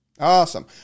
Awesome